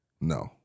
No